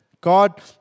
God